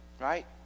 right